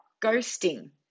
ghosting